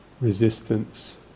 Resistance